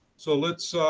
so let's